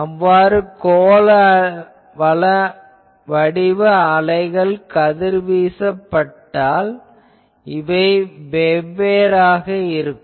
அவ்வாறு கோள வடிவ அலைகளை கதிர்வீசாவிட்டால் இவை வேறாக இருக்கும்